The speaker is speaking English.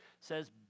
says